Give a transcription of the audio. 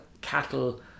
cattle